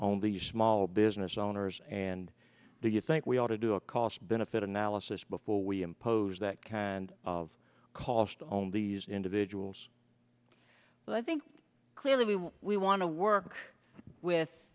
on the small business owners and do you think we ought to do cost benefit analysis before we impose that can of cost on these individuals but i think clearly we want to work with